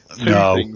No